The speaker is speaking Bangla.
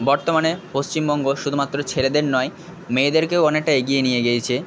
বর্তমানে পশ্চিমবঙ্গ শুধুমাত্র ছেলেদের নয় মেয়েদেরকেও অনেকটা এগিয়ে নিয়ে গিয়েছে